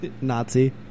Nazi